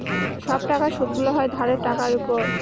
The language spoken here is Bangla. সব টাকার সুদগুলো হয় ধারের টাকার উপর